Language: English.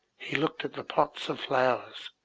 he looked at the pots of flowers.